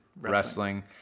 wrestling